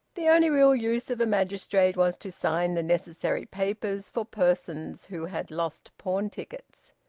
the only real use of a magistrate was to sign the necessary papers for persons who had lost pawn-tickets.